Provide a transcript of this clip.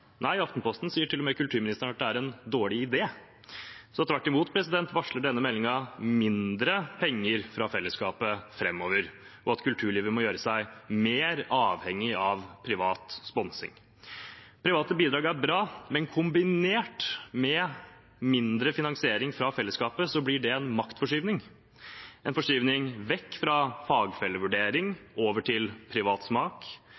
Nei – i Aftenposten sier til og med kulturministeren at det er en dårlig idé. Så tvert imot varsler denne meldingen mindre penger fra fellesskapet framover, og at kulturlivet må gjøre seg mer avhengig av privat sponsing. Private bidrag er bra, men kombinert med mindre finansiering fra fellesskapet blir det en maktforskyvning – en forskyvning vekk fra